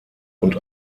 und